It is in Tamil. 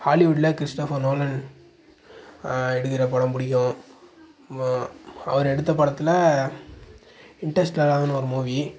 ஹாலிவுட்டில் கிரிஸ்டோஃபர் நோலன் எடுக்கிற படம் பிடிக்கும் அவர் எடுத்த படத்தில் இன்டெர்ஸ்டெல்லார்னு ஒரு மூவி